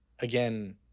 again